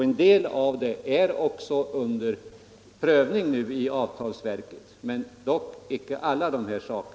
En del av detta är också under prövning nu i avtalsverket, dock icke alla dessa saker.